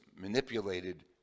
manipulated